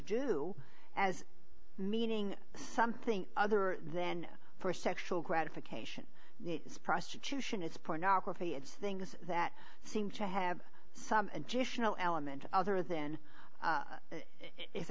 do as meaning something other then for sexual gratification prostitution is pornography it's things that seem to have some additional element other than